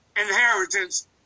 inheritance